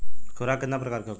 खुराक केतना प्रकार के होखेला?